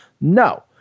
No